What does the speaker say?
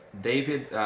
David